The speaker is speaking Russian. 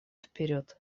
вперед